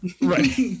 Right